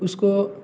उसको